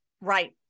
Right